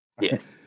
Yes